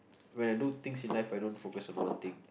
when I do things in life I don't focus on one thing